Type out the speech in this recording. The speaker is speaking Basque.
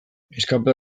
escape